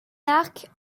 arc